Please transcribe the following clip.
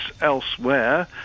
elsewhere